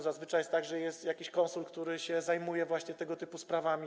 Zazwyczaj jest tak, że jest jakiś konsul, który zajmuje się właśnie tego typu sprawami.